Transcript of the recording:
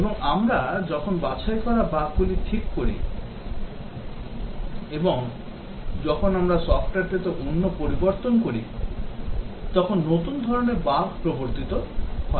এবং আমরা যখন বাছাই করা বাগগুলি ঠিক করি এবং যখন আমরা সফ্টওয়্যারটিতে অন্য পরিবর্তন করি তখন নতুন ধরণের বাগ প্রবর্তিত হয়